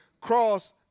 cross